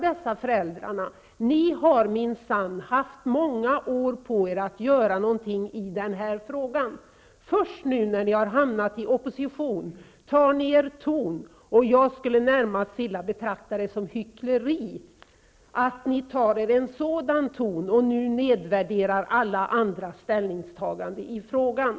Socialdemokraterna har minsann haft många år på sig att göra någonting i den här frågan, men det är först nu när de har hamnat i opposition som de tar sig ton, och jag skulle närmast vilja betrakta det som hyckleri att de nu tar sig en sådan ton och nedvärderar alla andra ställningstaganden i frågan.